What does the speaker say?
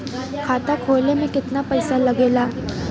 खाता खोले में कितना पैसा लगेला?